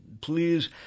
please